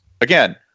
again